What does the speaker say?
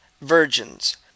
virgins